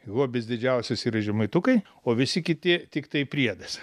hobis didžiausias yra žemaitukai o visi kiti tiktai priedas